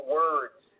words